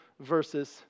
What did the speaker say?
versus